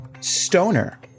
stoner